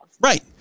Right